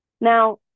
Now